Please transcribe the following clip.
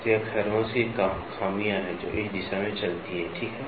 तो यह खरोंच की खामियां हैं जो इस दिशा में चलती हैं ठीक है